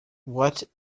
what